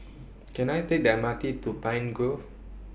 Can I Take The M R T to Pine Grove